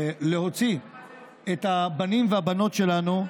להוציא את הבנים והבנות שלנו,